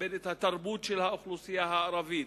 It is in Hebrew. לכבד את התרבות של האוכלוסייה הערבית,